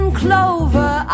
clover